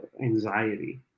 anxiety